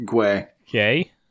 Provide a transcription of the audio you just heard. Gay